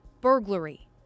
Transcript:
burglary